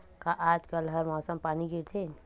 का आज कल हर मौसम पानी गिरथे?